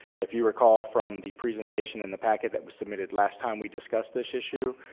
if you recall from the presentation in the packet that was submitted last time we discussed this issue,